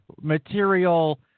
material